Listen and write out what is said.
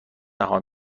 نخواهم